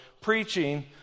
preaching